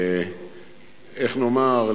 איך נאמר,